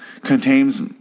contains